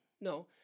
no